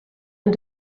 and